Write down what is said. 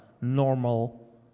normal